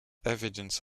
evidence